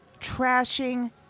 Trashing